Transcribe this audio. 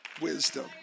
wisdom